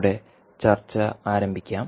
നമ്മുടെ ചർച്ച ആരംഭിക്കാം